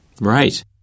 Right